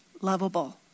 lovable